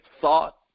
thought